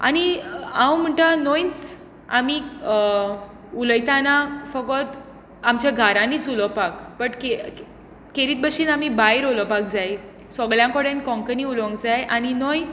आनी हांव म्हणटा न्हय आमी उलयतना फकत आमच्या घारांनीच उलोवपाक बट खेर खेरीत भाशेन आमी भायर उलोवपाक जाय सगल्यां कडेन कोंकणी उलोवंक जाय आनी न्हय